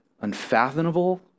unfathomable